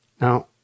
Now